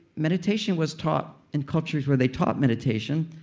meditation was taught in cultures where they taught meditation,